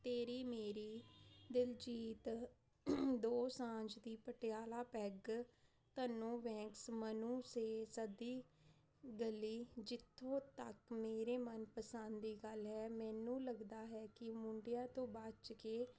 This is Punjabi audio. ਤੇਰੀ ਮੇਰੀ ਦਿਲਜੀਤ ਦੋਸਾਂਝ ਦੀ ਪਟਿਆਲਾ ਪੈੱਗ ਤਨੂੰ ਬੈਡਸ ਮਨੂੰ ਸੇ ਸਦੀ ਗਲੀ ਜਿੱਥੋ ਤੱਕ ਮੇਰੇ ਮਨ ਪਸੰਦਦੀ ਮੈਨੂੰ ਲੱਗਦਾ ਹੈ ਕੀ ਮੁੰਡਿਆਂ ਤੋਂ ਬਚ ਕੇ